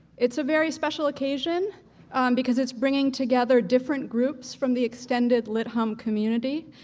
it's a very special occasion because it's bringing together different groups from the extended lit hum community.